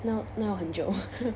那要那要很久